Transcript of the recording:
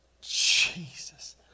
Jesus